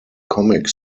comic